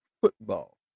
football